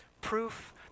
proof